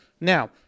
Now